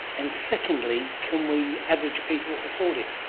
and secondly, can we average people afford it?